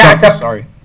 sorry